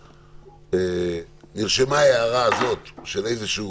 ההערה הזו נרשמה,